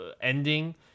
ending